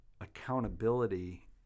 accountability